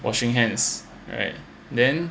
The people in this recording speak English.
washing hands and then